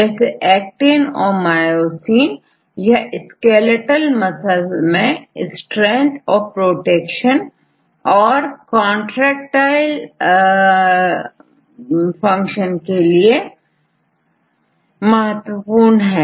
जैसे एक्टिन और मायोसिन यह स्केलेटल मसल्स में स्ट्रैंथ और प्रोटेक्शन और संकुचन के लिए महत्वपूर्ण है